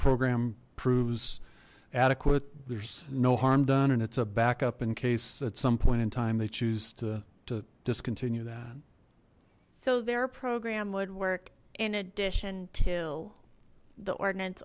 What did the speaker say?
program proves adequate there's no harm done and it's a backup in case at some point in time they choose to to discontinue that so their program would work in addition to the ordinance